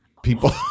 People